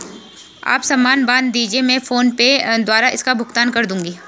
आप सामान बांध दीजिये, मैं फोन पे द्वारा इसका भुगतान कर दूंगी